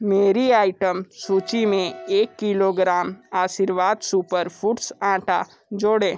मेरी आइटम सूची में एक किलोग्राम आशीर्वाद सुपर फूड्स आटा जोड़ें